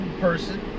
person